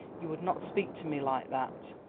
you would not speak to me like that.